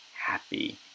happy